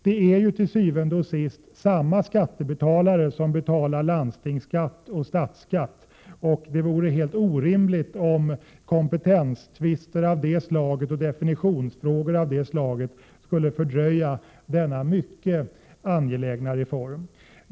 Det är til syvende og sidst samma skattebetalare som betalar landstingsskatt och statsskatt, och det vore helt orimligt om kompetenstvister och definitionsfrågor av det slaget skulle fördröja denna mycket angelägna reform.